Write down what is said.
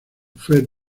fred